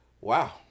Wow